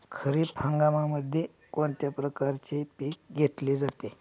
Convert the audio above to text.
खरीप हंगामामध्ये कोणत्या प्रकारचे पीक घेतले जाते?